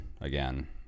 again